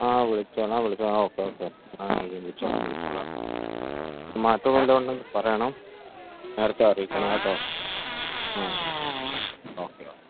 ആഹ് വിളിച്ചോളാം വിളിച്ചോളാം okay okay ആ വിളിച്ചോളാം വിളിച്ചോളാം മാറ്റം വല്ലതും ഉണ്ടേൽ പറയണം നേരത്തെ അറിയിക്കണം കേട്ടോ ആ ഓക്കേ ഓക്കേ